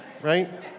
right